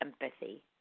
empathy